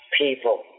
people